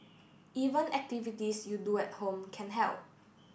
even activities you do at home can help